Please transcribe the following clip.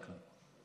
עד כאן.